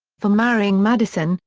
for marrying madison,